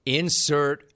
insert